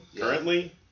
currently